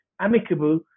amicable